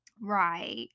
Right